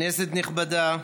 כנסת נכבדה,